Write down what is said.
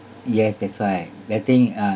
yes that's why getting uh